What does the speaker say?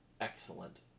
excellent